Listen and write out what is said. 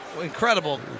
Incredible